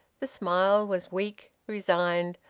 the smile was weak, resigned,